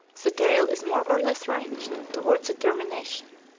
the tail is more or less ringed toward its termination.